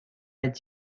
est